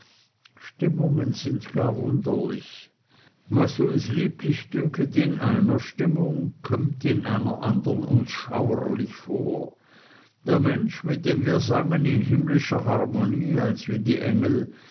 stimmungen sind gar wunderlich was uns lieblich dünket in einer stimmung kömmt in einer andern uns schauerlich vor der mensch mit dem wir sangen in himmlischer harmonie als wie die engel